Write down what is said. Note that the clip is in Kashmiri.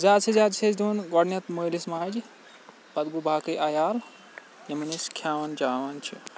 زیادٕ سے زیادٕ چھِ أسۍ دِوان گۄڈنٮ۪تھ مٲلِس ماجہِ پَتہٕ گوٚو باقٕے عَیال یِمَن أسۍ کھیٛاوان چاوان چھِ